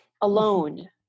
alone